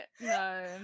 no